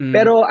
Pero